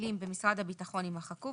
המילים "במשרד הביטחון" יימחקו.